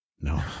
No